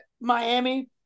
Miami